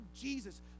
Jesus